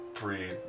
Three